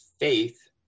faith